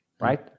right